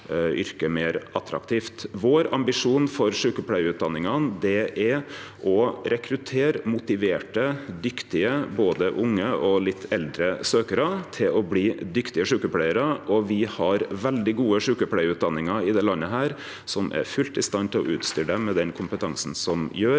Vår ambisjon for sjukepleiarutdanningane er å rekruttere motiverte, dyktige søkjarar, både unge og litt eldre, til å bli dyktige sjukepleiarar. Me har veldig gode sjukepleiarutdanningar i dette landet, som er fullt i stand til å utstyre dei med den kompetansen som gjer